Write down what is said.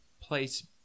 place